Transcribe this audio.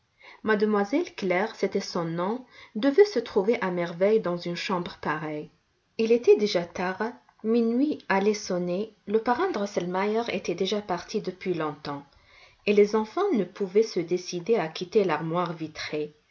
mademoiselle claire c'était son nom devait se trouver à merveille dans une chambre pareille il était déjà tard minuit allait sonner le parrain drosselmeier était déjà parti depuis longtemps et les enfants ne pouvaient se décider à quitter l'armoire vitrée